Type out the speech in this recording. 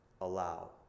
Allow